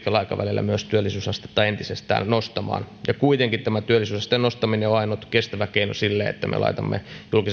aikavälillä myös työllisyysastetta entisestään nostamaan ja kuitenkin tämä työllisyysasteen nostaminen on ainut kestävä keino sille että me laitamme julkisen